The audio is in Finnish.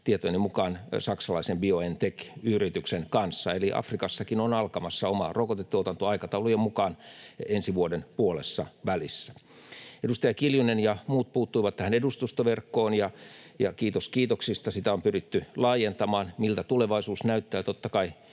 tietojeni mukaan saksalaisen Biontech-yrityksen kanssa, eli Afrikassakin on alkamassa oma rokotetuotanto aikataulujen mukaan ensi vuoden puolessavälissä. Edustaja Kiljunen ja muut puuttuivat tähän edustustoverkkoon, ja kiitos kiitoksista. Sitä on pyritty laajentamaan. Miltä tulevaisuus näyttää?